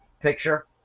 picture